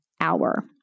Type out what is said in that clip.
hour